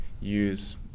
use